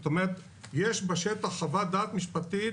זאת אומרת יש בשטח חוות דעת משפטית